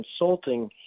consulting